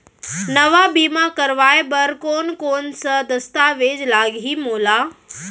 नवा बीमा करवाय बर कोन कोन स दस्तावेज लागही मोला?